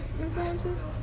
influences